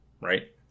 Right